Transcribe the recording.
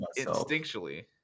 instinctually